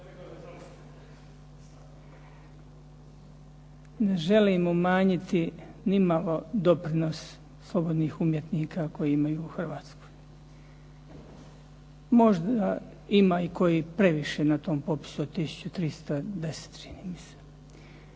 Ne želim umanjiti nimalo doprinos slobodnih umjetnika koji imaju u Hrvatskoj. Možda ima i koji previše na tom popisu od